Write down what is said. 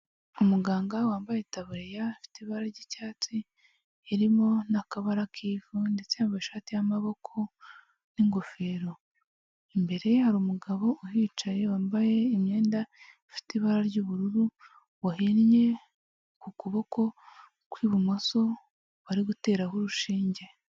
Umuganga wambaye itaburiya ifite ibara ry'icyatsi rimo n'akabara k'ivu ndetse yambaye ishati y'amaboko n'ingofero, imbere ye hari umugabo uhicaye wambaye imyenda ifite ibara ry'ubururu wahinnye ukuboko kw'ibumoso bari guteraho urushinge.